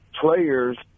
players